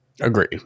Agree